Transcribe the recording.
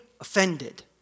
offended